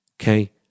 Okay